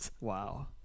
Wow